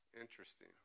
Interesting